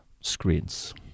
screens